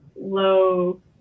low